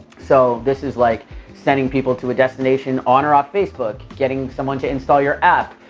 so, this is like sending people to a destination on or off facebook, getting someone to install your app,